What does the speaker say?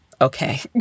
Okay